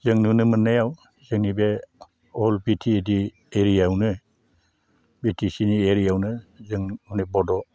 जों नुनो मोननायाव जोंनि बे अल बि टि ए डि एरियायावनो बि टि सि नि एरियायावनो जों अनेक बड'